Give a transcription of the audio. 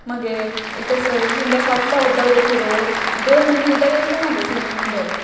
मगे एक तर स शिलिंडर सोंपता सुद्दां रोखडो दोन म्हयने सुद्दां येयी आतां ना तो सिलिंडर